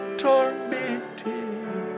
tormented